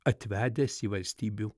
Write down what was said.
atvedęs į valstybių